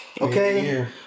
okay